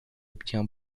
obtient